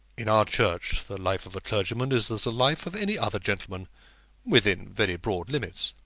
in our church the life of a clergyman is as the life of any other gentleman within very broad limits.